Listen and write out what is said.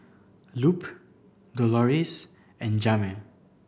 Lupe Doloris and Jaime